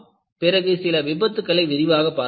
பிறகு சில விபத்துகளை விரிவாக பார்க்கலாம்